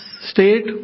state